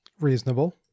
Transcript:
Reasonable